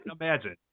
imagine